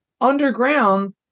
underground